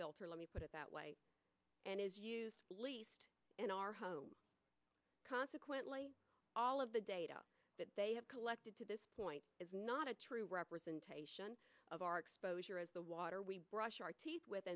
filter let me put it that way and is used least in our home consequently all of the data that they have collected to this point is not a true representation of our exposure as the water we brush our teeth with